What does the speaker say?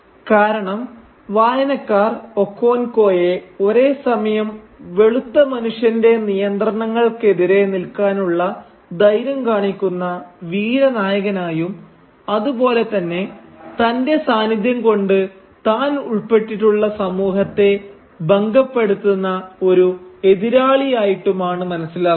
കാരണം വായനക്കാർ ഒക്കോൻക്കോയെ ഒരേസമയം വെളുത്ത മനുഷ്യന്റെ നിയന്ത്രണങ്ങൾക്കെതിരെ നിൽക്കാനുള്ള ധൈര്യം കാണിക്കുന്ന വീരനായകനായും അതു പോലെ തന്നെ തന്റെ സാന്നിധ്യം കൊണ്ട് താൻ ഉൾപ്പെട്ടിട്ടുള്ള സമൂഹത്തെ ഭംഗപ്പെടുത്തുന്ന ഒരു എതിരാളിയായിട്ടുമാണ് മനസ്സിലാക്കുന്നത്